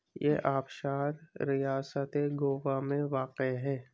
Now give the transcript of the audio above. یہ آبشار ریاستِ گوا میں واقع ہے